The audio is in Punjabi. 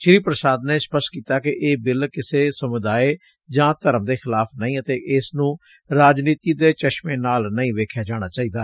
ਸ੍ਰੀ ਪੁਸ਼ਾਦ ਨੇ ਸਪਸ਼ਟ ਕੀਤਾ ਕਿ ਇਹ ਬਿੱਲ ਕਿਸੇ ਸਮੂਦਾਇ ਜਾ ਧਰਮ ਦੇ ਖਿਲਾਫ਼ ਨਹੀ ਅਤੇ ਇਸ ਨੂੰ ਰਾਜਨੀਤੀ ਦੇ ਚਸ਼ਮੇ ਨਾਲ ਨਹੀ ਵੇਖਿਆ ਜਾਣਾ ਚਾਹੀਦਾ